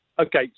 Okay